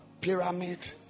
pyramid